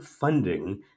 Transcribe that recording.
funding